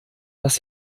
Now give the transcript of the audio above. dass